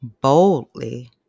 boldly